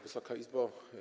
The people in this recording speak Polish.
Wysoka Izbo!